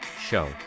Show